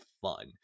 fun